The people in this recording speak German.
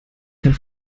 kein